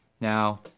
Now